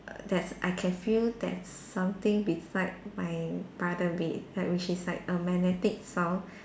err I can feel there's something beside my brother bed like which is like a magnetic sound